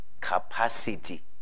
capacity